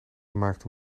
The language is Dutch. maakte